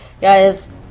guys